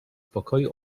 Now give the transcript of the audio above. pokoju